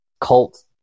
cult